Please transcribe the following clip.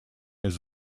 his